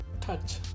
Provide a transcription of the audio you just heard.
Touch